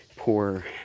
poor